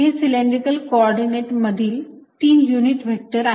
हे cylindrical coordinate मधील तीन युनिट व्हेक्टर आहेत